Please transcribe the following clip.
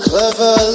Clever